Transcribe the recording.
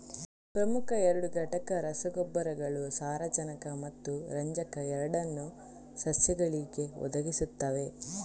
ಪ್ರಮುಖ ಎರಡು ಘಟಕ ರಸಗೊಬ್ಬರಗಳು ಸಾರಜನಕ ಮತ್ತು ರಂಜಕ ಎರಡನ್ನೂ ಸಸ್ಯಗಳಿಗೆ ಒದಗಿಸುತ್ತವೆ